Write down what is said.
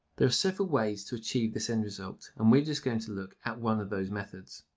there are several ways to achieve this end result and we're just going to look at one of those methods.